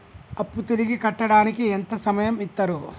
అప్పు తిరిగి కట్టడానికి ఎంత సమయం ఇత్తరు?